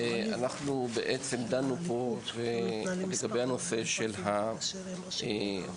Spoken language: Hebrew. אנחנו בעצם דנו פה לגבי הנושא של ההודעות,